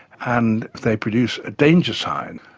and they produce a danger sign.